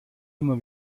immer